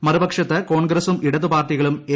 മറുപക്ഷത്ത് കോൺഗ്രസും ഇടതുപാർട്ടികളും എ